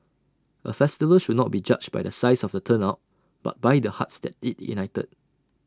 A festival should not be judged by the size of the turnout but by the hearts that IT ignited